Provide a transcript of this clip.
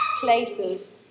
places